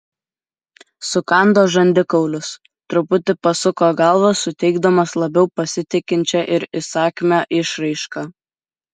sukando žandikaulius truputį pasuko galvą suteikdamas labiau pasitikinčią ir įsakmią išraišką